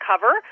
cover